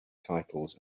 titles